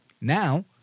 Now